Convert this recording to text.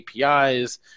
APIs